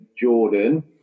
Jordan